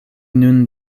nun